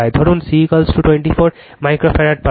ধরুন C 24 microfarad পাবে